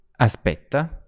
Aspetta